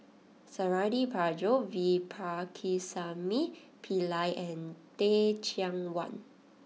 Suradi Parjo V Pakirisamy Pillai and Teh Cheang Wan